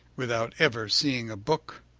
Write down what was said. without ever seeing a book,